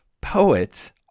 Poets